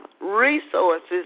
resources